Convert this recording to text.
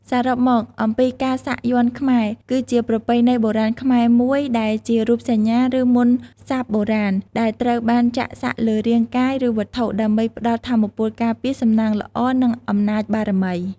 សរុបមកអំពីការសាក់យ័ន្តខ្មែរ គឺជាប្រពៃណីបុរាណខ្មែរមួយដែលជារូបសញ្ញា ឬមន្តសព្ទបុរាណ ដែលត្រូវបានចាក់សាក់លើរាងកាយ ឬវត្ថុ ដើម្បីផ្ដល់ថាមពលការពារ សំណាងល្អ និងអំណាចបារមី។